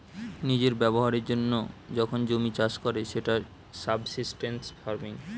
নিজের ব্যবহারের জন্য যখন জমি চাষ করে সেটা সাবসিস্টেন্স ফার্মিং